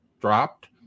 dropped